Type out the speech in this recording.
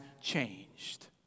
changed